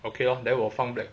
okay lor then 我放 black